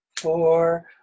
four